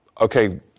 okay